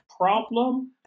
problem